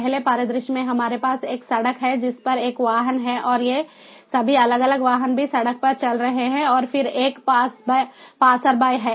पहले परिदृश्य में हमारे पास एक सड़क है जिस पर एक वाहन है और ये सभी अलग अलग वाहन भी सड़क पर चल रहे हैं और फिर एक पासरबाई है